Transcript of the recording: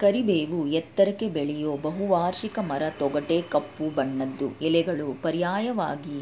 ಕರಿಬೇವು ಎತ್ತರಕ್ಕೆ ಬೆಳೆಯೋ ಬಹುವಾರ್ಷಿಕ ಮರ ತೊಗಟೆ ಕಪ್ಪು ಬಣ್ಣದ್ದು ಎಲೆಗಳು ಪರ್ಯಾಯವಾಗಿ